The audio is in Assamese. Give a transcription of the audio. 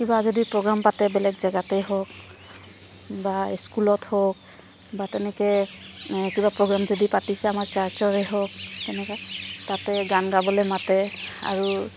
কিবা যদি প্ৰগ্ৰাম পাতে বেলেগ জেগাতে হওক বা স্কুলত হওক বা তেনেকৈ কিবা প্ৰগ্ৰেম যদি পাতিছে আমাৰ চাৰ্চৰে হওক এনেকুৱা তাতে গান গাবলৈ মাতে আৰু